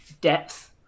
depth